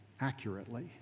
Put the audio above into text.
accurately